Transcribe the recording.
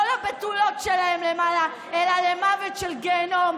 לבתולות שלהם למעלה אלא למוות של גיהינום,